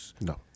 No